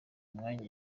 umwanya